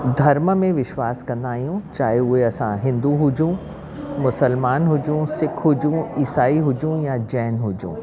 धर्म में विश्वासु कंदा आहियूं चाए उहे असां हिंदु हुजूं मुस्लमान हुजूं सिख हुजूं ईसाई हुजूं या जैन हुजूं